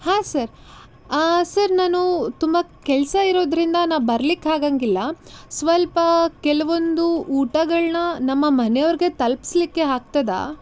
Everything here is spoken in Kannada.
ಹಾಂ ಸರ್ ಸರ್ ನಾನು ತುಂಬ ಕೆಲಸ ಇರೋದರಿಂದ ನಾ ಬರ್ಲಿಕ್ಕೆ ಆಗೊಂಗಿಲ್ಲ ಸ್ವಲ್ಪ ಕೆಲವೊಂದು ಊಟಗಳನ್ನ ನಮ್ಮ ಮನೆಯವ್ರಿಗೆ ತಲಿಪಿಸ್ಲಿಕ್ಕೆ ಆಗ್ತದಾ